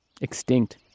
extinct